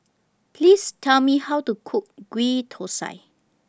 Please Tell Me How to Cook Ghee Thosai